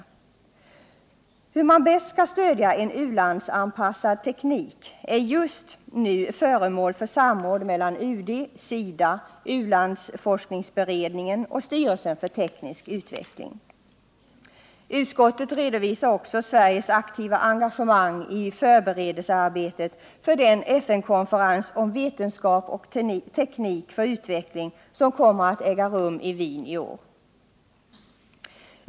Frågan hur man bäst skall stödja en u-landsanpassad teknik är just nu föremål för samråd mellan UD, SIDA, u-landsforskningsberedningen och styrelsen för teknisk utveckling. Utskottet redovisar också Sveriges aktiva engagemang i förberedelsearbetet för den FN-konferens om vetenskap och teknik för utveckling som kommer att äga rum i Wien i år.